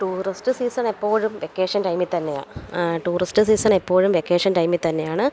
tourist season എപ്പോഴും vacation ടൈമില് തന്നെയാണ് ടൂറിസ്റ്റ് സീസൺ എപ്പോഴും വെക്കേഷൻ ടൈമില് തന്നെയാണ്